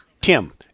Tim